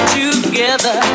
together